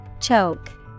Choke